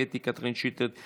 קטי קטרין שטרית,